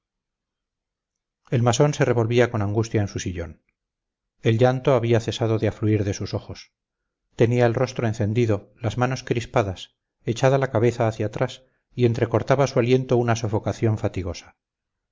el masón se revolvía con angustia en su sillón el llanto había cesado de afluir de sus ojos tenía el rostro encendido las manos crispadas echada la cabeza hacia atrás y entrecortaba su aliento una sofocación fatigosa